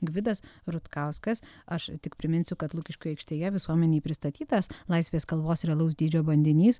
gvidas rutkauskas aš tik priminsiu kad lukiškių aikštėje visuomenei pristatytas laisvės kalvos realaus dydžio bandinys